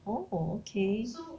oh okay